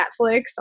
Netflix